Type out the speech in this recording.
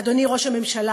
אדוני ראש הממשלה,